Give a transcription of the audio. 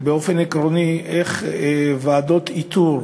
באופן עקרוני, איך ועדות איתור